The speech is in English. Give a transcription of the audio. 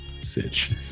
sitch